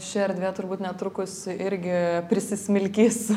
ši erdvė turbūt netrukus irgi prisismilkys